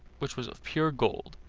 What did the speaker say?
which was of pure gold.